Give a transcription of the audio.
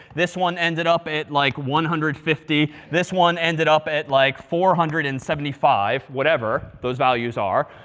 this one ended up at like one hundred and fifty. this one ended up at like four hundred and seventy five. whatever those values are.